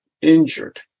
injured